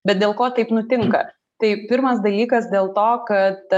bet dėl ko taip nutinka tai pirmas dalykas dėl to kad